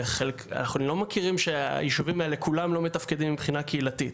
ואנחנו לא מכירים שהישובים האלה כולם לא מתפקדים מבחינה קהילתית.